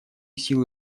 силы